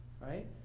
right